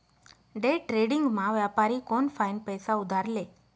डेट्रेडिंगमा व्यापारी कोनफाईन पैसा उधार ले